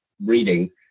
reading